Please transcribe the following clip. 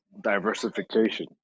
diversification